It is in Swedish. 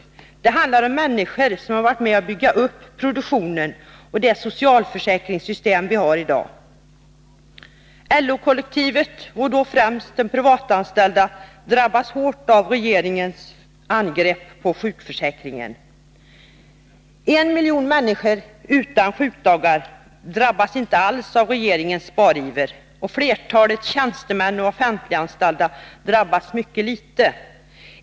Det handlar om människor som har varit med om att bygga upp produktionen och det socialförsäkringssystem vi har i dag. LO-kollektivet, och då främst de privatanställda, drabbas hårt av regeringens angrepp på sjukförsäkringen. En miljon människor utan sjukdagar drabbas inte alls av regeringens spariver. Flertalet tjänstemän och offentliganställda drabbas mycket litet.